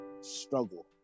struggle